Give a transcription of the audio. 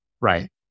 right